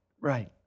right